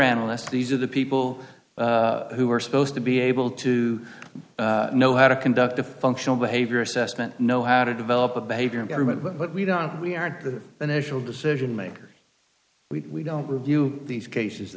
analyst these are the people who are supposed to be able to know how to conduct a functional behavior assessment know how to develop a behavior and government but we don't we aren't the initial decision maker we don't review these cases